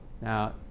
Now